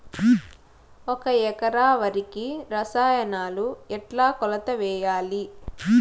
ఒక ఎకరా వరికి రసాయనాలు ఎట్లా కొలత వేయాలి?